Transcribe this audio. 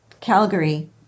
Calgary